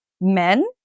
men